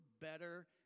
better